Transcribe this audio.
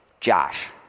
Josh